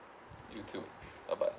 you too bye bye